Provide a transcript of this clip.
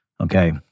okay